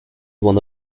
one